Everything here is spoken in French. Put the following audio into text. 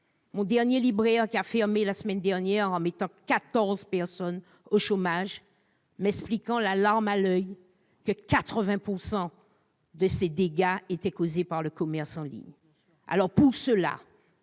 Mon dernier libraire a fermé, la semaine dernière, en mettant quatorze personnes au chômage, m'expliquant, la larme à l'oeil, que 80 % de ses pertes étaient causées par le commerce en ligne. Pour cette